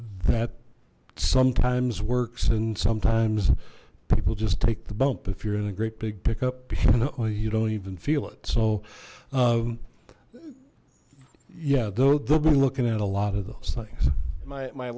that sometimes works and sometimes people just take the bump if you're in a great big pickup you know you don't even feel it so yeah though they'll be looking at a lot of those things my